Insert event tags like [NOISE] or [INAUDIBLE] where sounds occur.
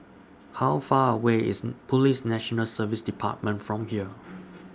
How Far away IS [NOISE] Police National Service department from here